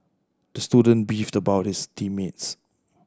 the student beefed about his team mates